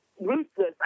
ruthless